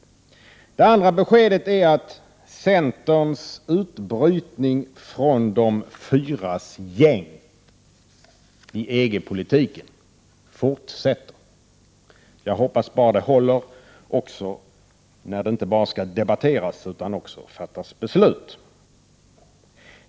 Det andra beskedet är att centerns utbrytning från de fyras gäng beträffande EG-politiken fortsätter. Jag hoppas bara det håller också när det inte enbart skall debatteras utan även fattas beslut.